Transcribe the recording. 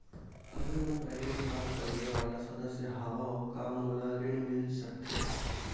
अगर मैं प्राइवेट काम करइया वाला सदस्य हावव का मोला ऋण मिल सकथे?